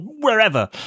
wherever